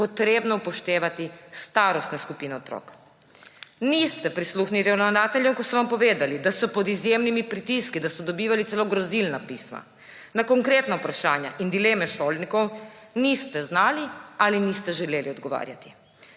potrebno upoštevati starostne skupine otrok. Niste prisluhnili ravnateljem, ko so vam povedali, da so pod izjemnimi pritiski, da so dobivali celo grozilna pisma. Na konkretna vprašanja in dileme šolnikov niste znali ali niste želeli odgovarjati.